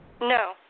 no